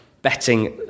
betting